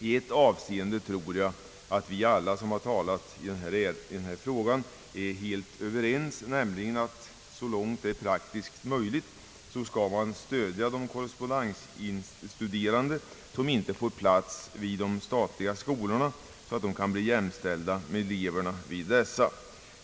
I ett avseende tror jag mig kunna försäkra att alla vi som talat i denna fråga är överens, nämligen att så långt det är praktiskt möjligt skall de korrespondensstuderande som inte får plats vid de statliga skolorna jämställas med dessa elever.